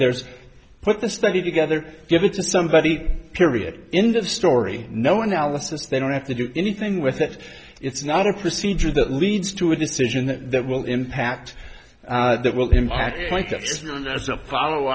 there's put the study together give it to somebody period end of story no analysis they don't have to do anything with it it's not a procedure that leads to a decision that will impact that will